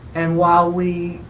and while we,